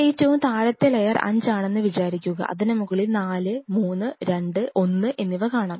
ഏറ്റവും താഴത്തെ ലെയർ 5 ആണെന്ന് വിചാരിക്കുക അതിനുമുകളിൽ 4 3 2 1 എന്നിവ കാണാം